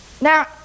Now